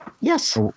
Yes